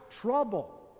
trouble